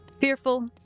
Fearful